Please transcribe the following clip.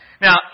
Now